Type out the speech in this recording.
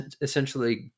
essentially